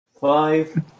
Five